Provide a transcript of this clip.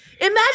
imagine